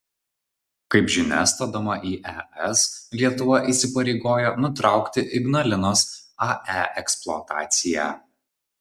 kaip žinia stodama į es lietuva įsipareigojo nutraukti ignalinos ae eksploataciją